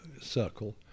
circle